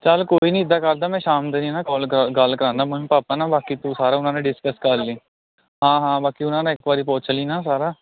ਚੱਲ ਕੋਈ ਨਹੀਂ ਇੱਦਾਂ ਕਰਦਾ ਮੈਂ ਸ਼ਾਮ ਨੂੰ ਤੇਰੀ ਨਾ ਕਾਲ ਕਰ ਗੱਲ ਕਰਾਉਂਦਾ ਮੰਮੀ ਪਾਪਾ ਨਾਲ ਬਾਕੀ ਤੂੰ ਸਾਰਾ ਉਹਨਾਂ ਨਾਲ ਡਿਸਕਸ ਕਰ ਲਈ ਹਾਂ ਹਾਂ ਬਾਕੀ ਉਹਨਾਂ ਨਾਲ ਇੱਕ ਵਾਰੀ ਪੁੱਛ ਲਈ ਨਾ ਸਾਰਾ